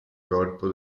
corpo